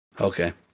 Okay